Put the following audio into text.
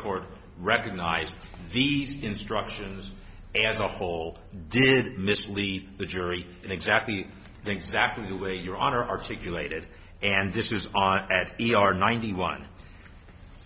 court recognized these instructions as a whole did mislead the jury exactly exactly the way your honor articulated and this is on at e r ninety one